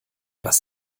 was